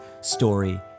story